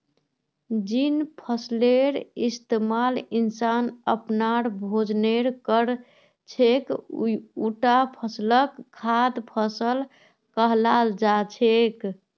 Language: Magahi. जिन फसलेर इस्तमाल इंसान अपनार भोजनेर कर छेक उटा फसलक खाद्य फसल कहाल जा छेक